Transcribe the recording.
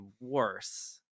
worse